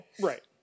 Right